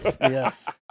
Yes